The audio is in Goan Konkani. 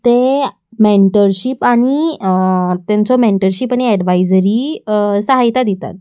ते मँटरशीप आनी तेंचो मँटरशीप आनी एडवायजरी सहायता दितात